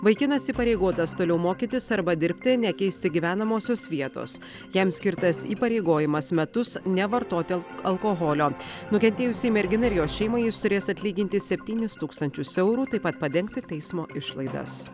vaikinas įpareigotas toliau mokytis arba dirbti nekeisti gyvenamosios vietos jam skirtas įpareigojimas metus nevartoti alkoholio nukentėjusiai merginai ir jos šeimai jis turės atlyginti septynis tūkstančius eurų taip pat padengti teismo išlaidas